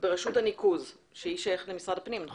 רשות הניקוז ששייכת למשרד הפנים.